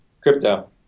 Crypto